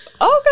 Okay